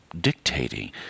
dictating